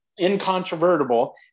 incontrovertible